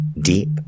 Deep